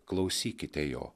klausykite jo